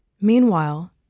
Meanwhile